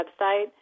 website